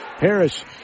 Harris